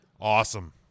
awesome